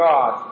God